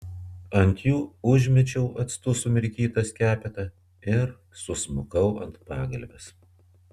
ant jų užmečiau actu sumirkytą skepetą ir susmukau ant pagalvės